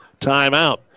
timeout